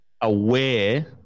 aware